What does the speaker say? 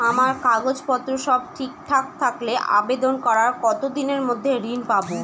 আমার কাগজ পত্র সব ঠিকঠাক থাকলে আবেদন করার কতদিনের মধ্যে ঋণ পাব?